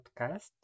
podcast